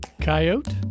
Coyote